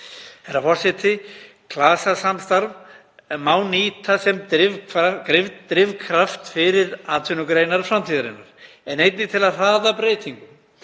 Herra forseti. Klasasamstarf má nýta sem drifkraft fyrir atvinnugreinar framtíðarinnar en einnig til að hraða breytingum.